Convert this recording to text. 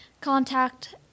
contact